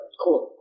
cool